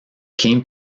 came